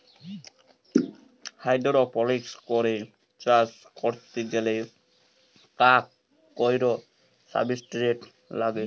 hydroponics করে চাষ ক্যরতে গ্যালে কাক কৈর সাবস্ট্রেট লাগে